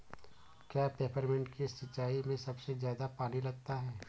क्या पेपरमिंट की सिंचाई में सबसे ज्यादा पानी लगता है?